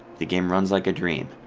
the game runs like a dream.